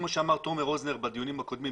כמו שאמר תומר רוזנר בדיונים הקודמים,